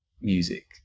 music